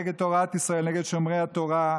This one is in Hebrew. נגד תורת ישראל, נגד שומרי התורה,